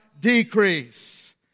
decrease